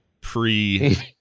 pre